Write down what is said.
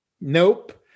Nope